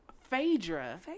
Phaedra